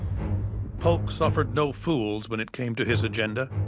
polk suffered no fools when it came to his agenda,